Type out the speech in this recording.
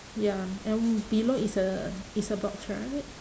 ya and below is a is a box right